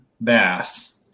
Bass